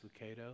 Lucado